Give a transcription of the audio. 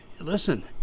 Listen